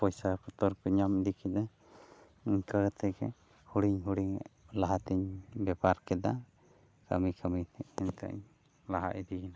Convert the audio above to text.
ᱯᱚᱭᱥᱟ ᱯᱚᱛᱨᱚᱯᱮ ᱧᱟᱢ ᱤᱫᱤ ᱠᱮᱫᱟ ᱚᱱᱠᱟ ᱠᱟᱛᱮᱫ ᱜᱮ ᱦᱩᱰᱤᱧᱼᱦᱩᱰᱤᱧ ᱞᱟᱦᱟᱛᱮ ᱤᱧ ᱵᱮᱯᱟᱨ ᱠᱮᱫᱟ ᱠᱟᱹᱢᱤᱼᱠᱟᱹᱢᱤᱛᱮ ᱱᱤᱛᱚᱜ ᱤᱧ ᱞᱟᱦᱟ ᱤᱫᱤᱭᱮᱱᱟ